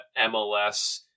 MLS